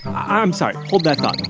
i'm sorry. hold that thought.